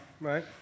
right